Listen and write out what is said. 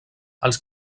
els